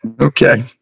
Okay